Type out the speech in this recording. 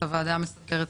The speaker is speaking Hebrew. בוועדה המסדרת.